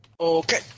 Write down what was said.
Okay